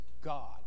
God